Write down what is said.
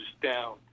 down